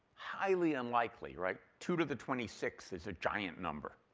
highly unlikely, right? two to the twenty sixth is a giant number.